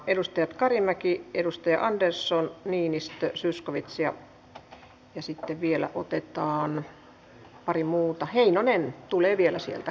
edustajat kari edustaja andersson niinistö zyskowicz ja sitten vielä otetaan pari muuta heinonen tulee vielä sieltä